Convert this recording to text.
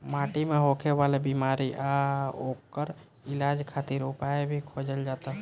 माटी मे होखे वाला बिमारी आ ओकर इलाज खातिर उपाय भी खोजल जाता